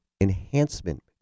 enhancement